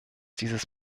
dieses